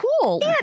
cool